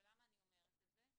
ולמה אני אומרת את זה?